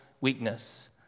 weakness